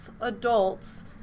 adults